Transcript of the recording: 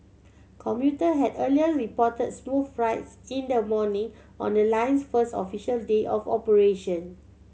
commuter had earlier reported smooth rides in the morning on the line's first official day of operation